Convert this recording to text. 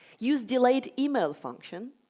use delayed email function